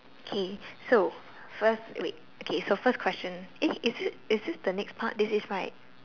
okay so first wait okay so first question eh is this is this the next part this is right